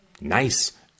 nice